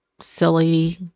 silly